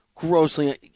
Grossly